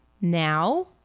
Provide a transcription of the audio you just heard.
Now